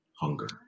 hunger